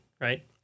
Right